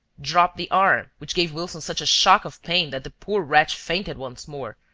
dropped the arm, which gave wilson such a shock of pain that the poor wretch fainted once more,